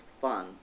fun